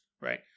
right